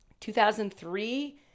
2003